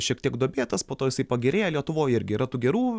šiek tiek duobėtas po to jisai pagerėja lietuvoj irgi yra tų gerų